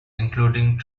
including